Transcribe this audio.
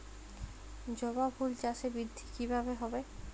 জবা ফুল চাষে বৃদ্ধি কিভাবে হবে?